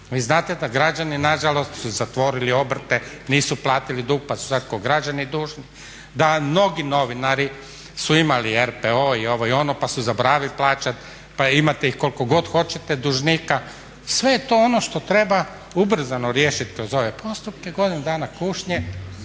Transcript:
Vi znate da građani nažalost su zatvorili obrte, nisu platili dug pa su sad kao građani dužni. Da mnogi novinari su imali RPO i ovo i ono pa su zaboravili plaćati. Pa imate ih koliko god hoćete dužnika, sve je to ono što treba ubrzano riješiti kroz ove postupke, godinu dana kušnje